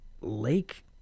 Lake